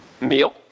meal